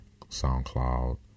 SoundCloud